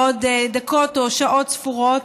בעוד דקות או שעות ספורות,